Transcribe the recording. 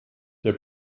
der